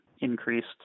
increased